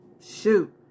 shoot